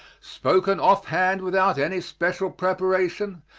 spoken offhand without any special preparation,